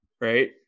right